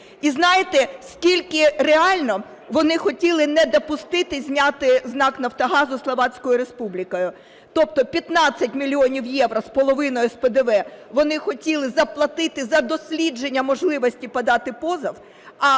І знаєте, скільки реально вони хотіли не допустити зняти з НАК "Нафтогазу" Словацькою Республікою? Тобто 15,5 мільйона євро з ПДВ вони хотіли заплатити за дослідження можливості подати позов,